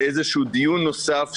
איזשהו דיון נוסף,